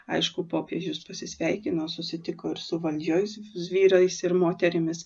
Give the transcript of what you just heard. aišku popiežius pasisveikino susitiko ir su valdžios vyrais ir moterimis